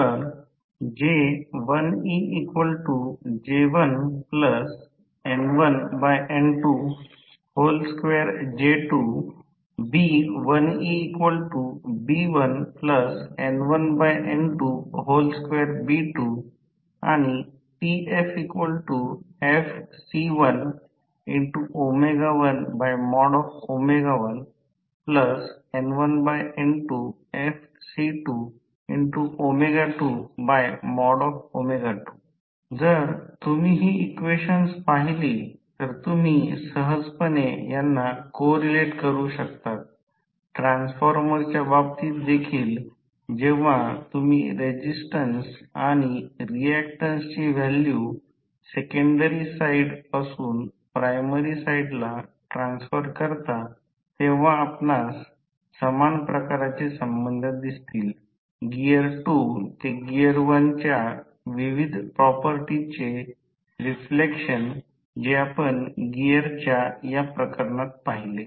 तर J1eJ1N1N22J2 B1eB1N1N22B2 आणि TFFc111N1N2Fc222 जर तुम्ही ही इक्वेशन्स पाहिली तर तुम्ही सहजपणे यांना को रिलेट करू शकतात ट्रान्सफॉर्मरच्या बाबतीत देखील जेव्हा तुम्ही रेसिस्टन्स आणि रिऍक्टन्सची व्हॅल्यू सेकंडरी साईड पासुन प्रायमरी साईडला ट्रान्सफर करता तेव्हा आपणास समान प्रकारचे संबंध दिसतील गिअर 2 ते गिअर 1 च्या विविध प्रॉपर्टीजचे रिफ्लेक्शन जे आपण गिअरच्या या प्रकरणात पहिले